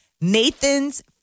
Nathan's